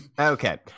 okay